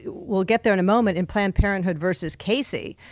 we'll get there in a moment, in planned parenthood versus casey,